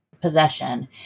possession